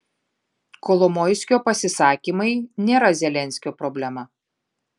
kolomoiskio pasisakymai nėra zelenskio problema